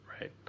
Right